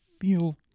feel